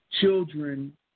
children